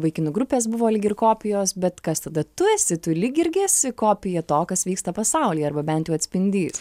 vaikinų grupės buvo lyg ir kopijos bet kas tada tu esi tu lyg irgi esi kopija to kas vyksta pasaulyje arba bent jau atspindys